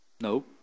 no